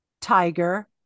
tiger